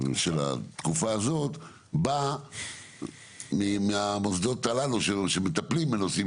של התקופה הזאת באה מהמוסדות הללו שמטפלים בנושאים